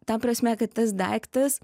ta prasme kad tas daiktas